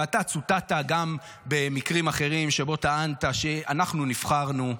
ואתה צוטטת גם במקרים אחרים שבהם טענת: אנחנו נבחרנו,